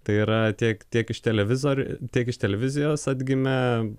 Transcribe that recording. tai yra tiek tiek iš televizorių tiek iš televizijos atgimę